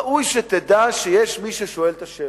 ראוי שתדע שיש מי ששואל את השאלות,